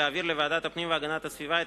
להעביר לוועדת הפנים והגנת הסביבה את